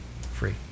free